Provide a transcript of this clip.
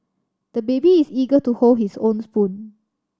the baby is eager to hold his own spoon